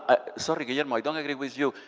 sorry, guillermo, i don't agree with you.